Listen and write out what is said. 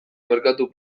merkatu